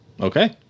Okay